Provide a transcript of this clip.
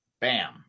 Bam